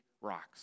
rocks